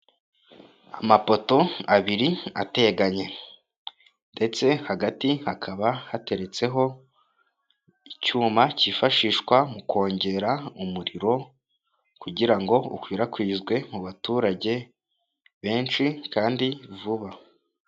Amapoto abiri ateganye ndetse hagati hakaba hateretseho icyuma cyifashishwa mu kongera umuriro, kugira ngo ukwirakwizwe mu baturage benshi kandi vuba.